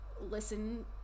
Listen